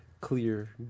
clear